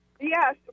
yes